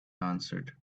answered